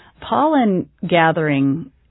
Pollen-gathering